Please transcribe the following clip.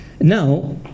Now